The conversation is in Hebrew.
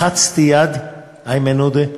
לחצתי יד, איימן עודה,